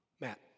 Matt